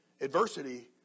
adversity